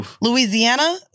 Louisiana